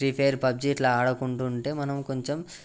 pre fire PUBG ఇట్లా ఆడకుంటు ఉంటే మనం కొంచెం